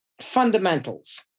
fundamentals